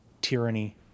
tyranny